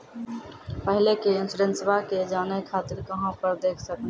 पहले के इंश्योरेंसबा के जाने खातिर कहां पर देख सकनी?